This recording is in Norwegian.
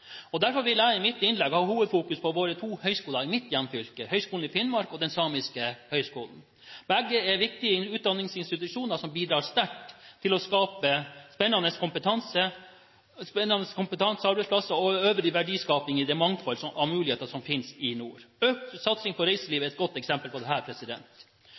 Derfor vil jeg i mitt innlegg ha hovedfokus på våre to høyskoler i mitt hjemfylke – Høgskolen i Finnmark og Samisk Høgskole. Begge er viktige utdanningsinstitusjoner som bidrar sterkt til å skape spennende kompetansearbeidsplasser og øvrig verdiskaping i det mangfold av muligheter som finnes i nord. Økt satsing på reiseliv er et godt eksempel på